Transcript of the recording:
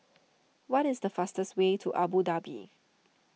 what is the fastest way to Abu Dhabi